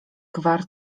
gwar